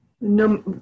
no